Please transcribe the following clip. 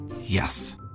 Yes